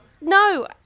No